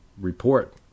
report